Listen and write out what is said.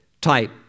type